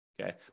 okay